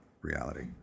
reality